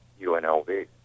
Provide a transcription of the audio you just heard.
UNLV